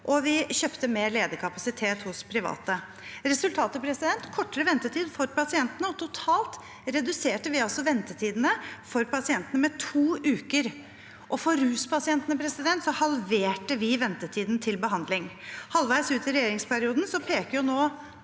vi kjøpte mer ledig kapasitet hos private. Resultatet var kortere ventetid for pasientene. Totalt reduserte vi ventetidene for pasientene med to uker. For ruspasientene halverte vi ventetiden til behandling. Halvveis ut i regjeringsperioden peker nå